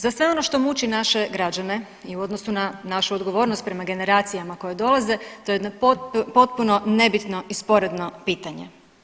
Za sve ono što muči naše građane i u odnosu na našu odgovornost prema generacijama koje dolaze to je jedno potpuno nebitno i sporedno pitanje.